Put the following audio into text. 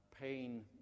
pain